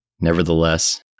Nevertheless